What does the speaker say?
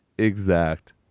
exact